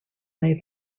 may